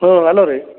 ಹ್ಞೂ ಹಲೋ ರಿ